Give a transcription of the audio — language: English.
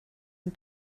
and